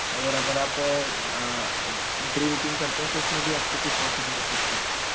और अगर आप प्री बुकिंग करते तो उसमें भी आपको कुछ प्रॉफ़िट मिल सकते हैं